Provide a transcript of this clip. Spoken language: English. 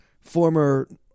former